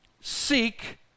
Seek